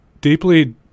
deeply